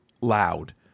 loud